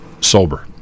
sober